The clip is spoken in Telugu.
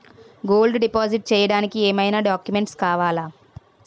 గోల్డ్ డిపాజిట్ చేయడానికి ఏమైనా డాక్యుమెంట్స్ కావాలా?